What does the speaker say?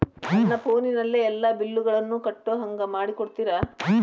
ನನ್ನ ಫೋನಿನಲ್ಲೇ ಎಲ್ಲಾ ಬಿಲ್ಲುಗಳನ್ನೂ ಕಟ್ಟೋ ಹಂಗ ಮಾಡಿಕೊಡ್ತೇರಾ?